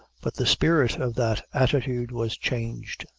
but the spirit of that attitude was changed,